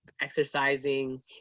exercising